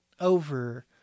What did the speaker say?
over